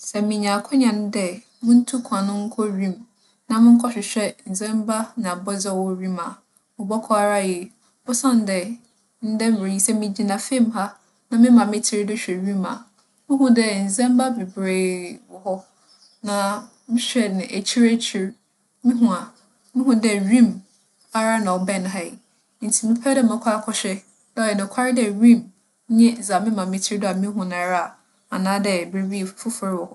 Sɛ minya akwannya no dɛ muntu kwan nkͻ wimu na monkͻhwehwɛ ndzɛmba na abͻdze a ͻwͻ wimu a, mobͻkͻ ara yie. Osiandɛ, ndɛ mber yi, sɛ migyina famu ha na mema me tsir do hwɛ wimu a, muhu dɛ ndzɛmba beberee wͻ hͻ. Na mohwɛ no ekyir ekyir, muhu a, muhu dɛ wimu ara na ͻbɛn ha yi. Ntsi mɛpɛ dɛ mɛkͻ akͻhwɛ dɛ ͻyɛ nokwar dɛ wimu nye dza mema me tsir do a muhu no ara, anaadɛ biribi fofor bi wͻ hͻ.